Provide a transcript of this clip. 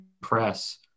press